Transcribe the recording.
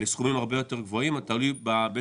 אז זה יכול לעלות יותר גבוה לסכומים הרבה יותר גבוהים,